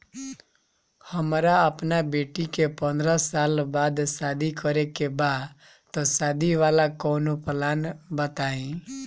हमरा अपना बेटी के पंद्रह साल बाद शादी करे के बा त शादी वाला कऊनो प्लान बताई?